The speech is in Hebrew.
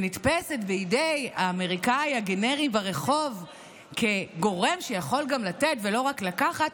ונתפסת בידי האמריקאי הגנרי ברחוב כגורם שיכול גם לתת ולא רק לקחת,